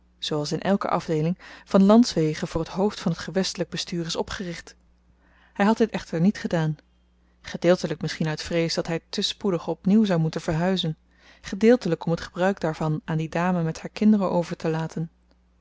zooals in elke afdeeling van landswege voor t hoofd van het gewestelyk bestuur is opgericht hy had dit echter niet gedaan gedeeltelyk misschien uit vrees dat hy te spoedig op nieuw zou moeten verhuizen gedeeltelyk om t gebruik daarvan aan die dame met haar kinderen overtelaten